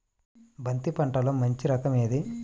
బంతి పంటలో మంచి రకం ఏది?